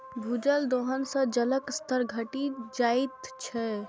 भूजल दोहन सं जलक स्तर घटि जाइत छै